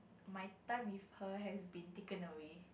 my time if her has been taken away